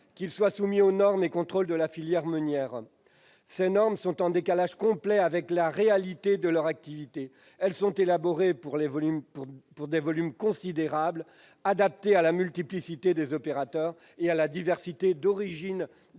qu'ils soient soumis aux normes et contrôles de la filière meunière. Ces normes sont en décalage complet avec la réalité de leur activité. Elles ont été élaborées pour des volumes considérables, avec une multiplicité d'opérateurs et une diversité d'origine